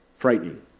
frightening